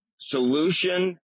solution